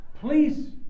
please